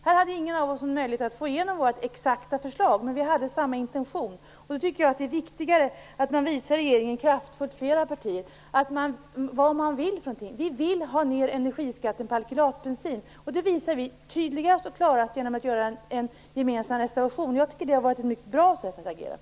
Här hade ingen av oss någon möjlighet att få igenom vårt exakta förslag, men vi hade samma intention, och jag tycker att det är viktigare att flera partier kraftfullt visar regeringen vad man vill. Vi vill ha ned energiskatten på alkylatbensin, och det visar vi tydligast och klarast genom att göra en gemensam reservation. Jag tycker att det har varit ett mycket bra sätt att agera på.